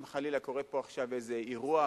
אם חלילה קורה פה עכשיו איזה אירוע,